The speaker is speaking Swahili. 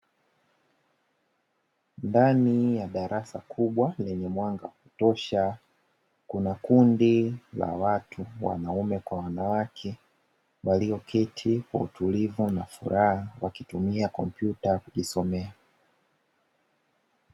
Ndani ya darasa kubwa, lenye mwanga wa kutosha. Kuna kundi la watu wanaume kwa wanawake, walioketi kwa utulivu na furaha, wakitumia kompyuta kujisomea.